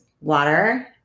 water